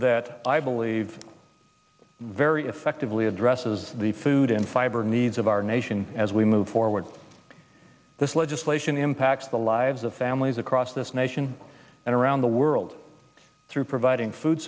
that i believe very effectively addresses the food and fiber needs of our nation as we move forward this legislation impacts the lives of families across this nation and around the world through providing food